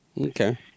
Okay